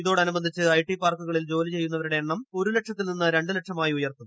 ഇതോടനൂബ്ന്ധിച്ച് IT പാർക്കുകളിൽ ജോലി ചെയ്യു ന്നവരുടെ എണ്ണം ഒരു ലക്ഷത്തിൽ നിന്ന് രണ്ടു ലക്ഷമായി ഉയർത്തും